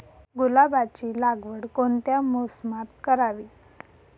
गुलाबाची लागवड कोणत्या मोसमात करावी?